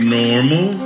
normal